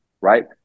right